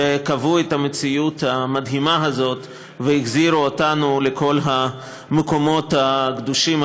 קבעו את המציאות המדהימה הזאת והחזירו אותנו לכל המקומות הקדושים,